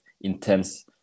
intense